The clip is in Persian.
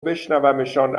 بشنومشان